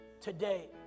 today